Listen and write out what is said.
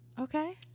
Okay